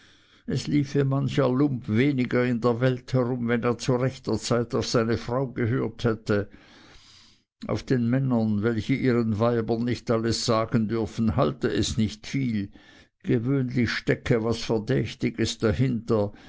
es liefe mancher lump weniger in der welt herum wenn er zu rechter zeit auf seine frau gehört hätte auf den männern welche ihren weibern nicht alles sagen dürften halte es nicht viel gewöhnlich stecke was verdächtiges dahinter